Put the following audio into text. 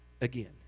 again